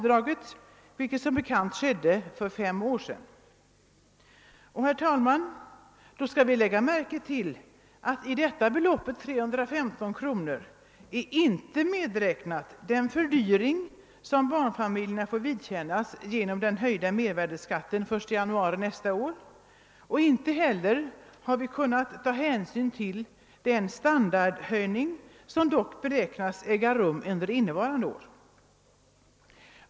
Det skedde som bekant för fem år sedan. Vi skall i sammanhanget också lägga märke till att i beloppet 315 kronor inte har medräknats den fördyring som barnfamiljerna får vidkännas genom den höjda mervärdeskatt som träder i kraft den 1 januari 1971, och inte heller har hänsyn tagits till den standardhöjning som man ändå räknar med skall äga rum under innevarande år.